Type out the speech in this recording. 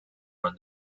from